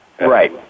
Right